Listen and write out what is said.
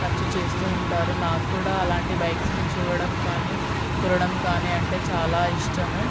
ఖర్చు చేస్తూ ఉంటారు నాక్కూడా అలాంటి బైక్స్ని చూడడం కానీ తొలడం కానీ అంటే చాలా ఇష్టము